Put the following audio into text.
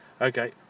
Okay